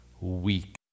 weak